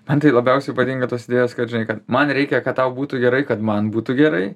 man tai labiausiai patinka tos idėjos kad žinai kad man reikia kad tau būtų gerai kad man būtų gerai